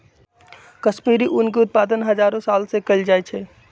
कश्मीरी ऊन के उत्पादन हजारो साल से कएल जाइ छइ